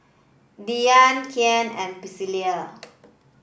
Diya Kian and Pricilla